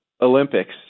Olympics